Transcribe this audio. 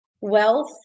wealth